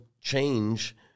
change